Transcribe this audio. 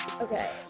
Okay